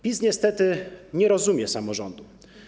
PiS niestety nie rozumie samorządu.